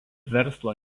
verslo